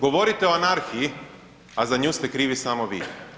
Govorite o anarhiji, a za nju ste krivi samo vi.